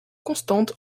constante